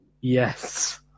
Yes